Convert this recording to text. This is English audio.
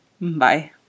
Bye